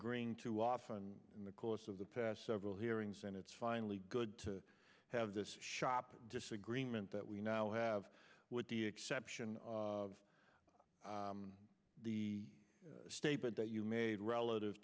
greeing too often in the course of the past several hearings and it's finally good to have this shop disagreement that we now have with the exception of the statement that you made relative